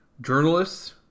journalists